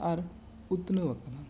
ᱟᱨ ᱩᱛᱱᱟᱹᱣ ᱟᱠᱟᱱᱟ